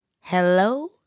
hello